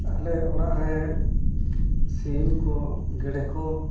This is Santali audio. ᱟᱞᱮ ᱚᱲᱟᱜ ᱨᱮ ᱥᱤᱢ ᱠᱚ ᱜᱮᱰᱮ ᱠᱚ